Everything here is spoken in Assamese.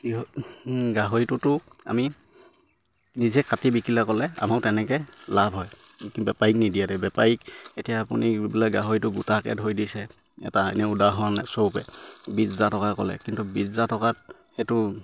গাহৰিটোতো আমি নিজে কাটি বিকিলে ক'লে আমাৰ তেনেকে লাভ হয় বেপাৰীক বেপাৰীক এতিয়া আপুনি বোলে গাহৰিটো গোটাকে ধৰি দিছে এটা এনে উদাহৰণ স্বৰূপে বিছ হাজাৰ টকা ক'লে কিন্তু বিছ হাজাৰ টকাত সেইটো